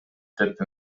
деп